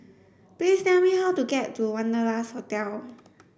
please tell me how to get to Wanderlust Hotel